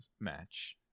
match